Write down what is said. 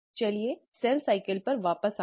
चलिए cell cycle पर वापस आएँ